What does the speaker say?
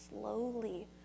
slowly